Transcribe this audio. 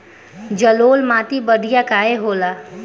जलोड़ माटी बढ़िया काहे होला?